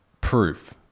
proof